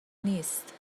نیست